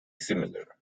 similar